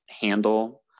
handle